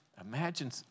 Imagine